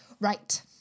Right